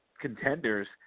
contenders